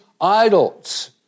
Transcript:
idols